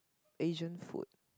Asian food